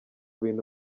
bintu